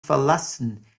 verlassen